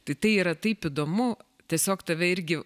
tai tai yra taip įdomu tiesiog tave irgi